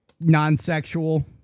non-sexual